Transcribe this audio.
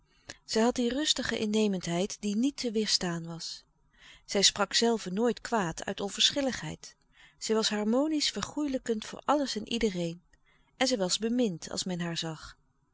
zij had die rustige innemendheid die niet te weêrstaan was zij sprak zelve nooit kwaad uit onverschilligheid zij was harmonisch vergoêlijkend voor alles en iedereen en zij was bemind als men haar zag